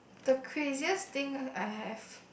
the craziest thing I have